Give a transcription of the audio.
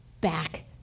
Back